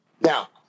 Now